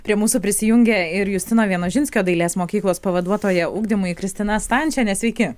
prie mūsų prisijungė ir justino vienožinskio dailės mokyklos pavaduotoja ugdymui kristina stančienė nesveiki